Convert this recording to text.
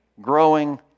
growing